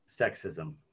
Sexism